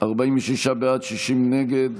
46 בעד, 60 נגד.